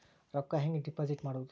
ರೊಕ್ಕ ಹೆಂಗೆ ಡಿಪಾಸಿಟ್ ಮಾಡುವುದು?